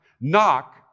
knock